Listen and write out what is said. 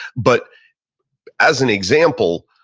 but as an example,